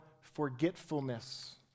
forgetfulness